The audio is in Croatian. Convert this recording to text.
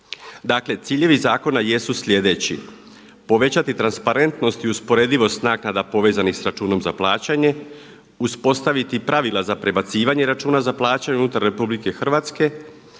Dakle ciljevi zakona jesu sljedeći, povećati transparentnost i usporedivost naknada povezanih sa računom za plaćanje, uspostaviti pravila za prebacivanje računa za plaćanje unutar RH, olakšati